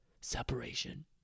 Separation